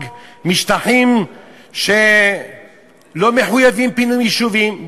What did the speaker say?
משטחים שלא מחויבים פינוי יישובים.